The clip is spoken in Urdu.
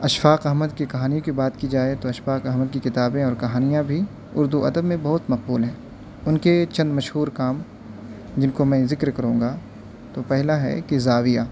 اشفاق احمد کی کہانی کی بات کی جائے تو اشفاق احمد کی کتابیں اور کہانیاں بھی اردو ادب میں بہت مقبول ہیں ان کے چند مشہور کام جن کو میں ذکر کروں گا تو پہلا ہے کہ زاویہ